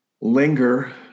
linger